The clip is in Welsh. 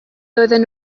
doedden